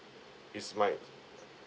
it's my